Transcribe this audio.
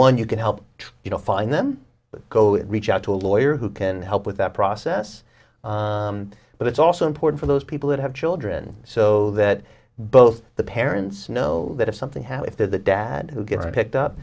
one you can help you know find them but go reach out to a lawyer who can help with that process but it's also important for those people that have children so that both the parents know that if something how if they're the dad who gets picked up